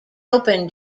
open